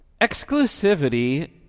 Exclusivity